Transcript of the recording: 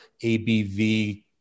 ABV